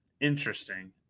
Interesting